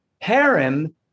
harem